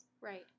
Right